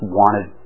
wanted